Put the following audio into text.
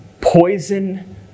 Poison